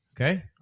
Okay